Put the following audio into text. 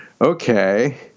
okay